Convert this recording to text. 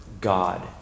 God